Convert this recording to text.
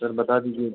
سر بتا دیجیے